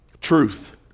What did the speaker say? Truth